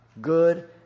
good